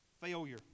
failure